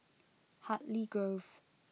Hartley Grove